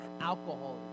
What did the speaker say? alcohol